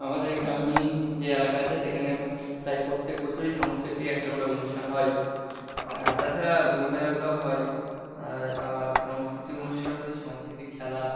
আমাদের গ্রামীণ যে এলাকা আছে সেখানে প্রায় প্রত্যেক বছরই সাংস্কৃতিক একটা করে অনুষ্ঠান হয় তাছাড়া বই মেলাগুলোও হয় সাংস্কৃতিক অনুষ্ঠান বলতে সংস্কৃতি খেলা